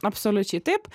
absoliučiai taip